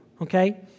Okay